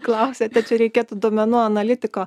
klausiate čia reikėtų duomenų analitiko